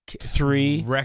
three